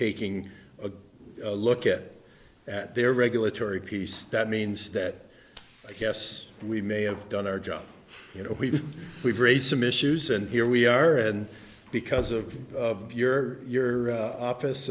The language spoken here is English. taking a look at it at their regulatory piece that means that i guess we may have done our job you know we've raised some issues and here we are and because of your your office